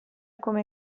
come